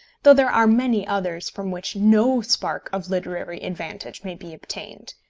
though there are many others from which no spark of literary advantage may be obtained.